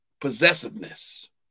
Possessiveness